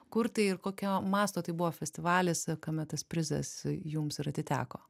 kur tai ir kokio masto tai buvo festivalis kame tas prizas jums ir atiteko